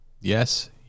Yes